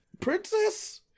princess